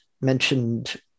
mentioned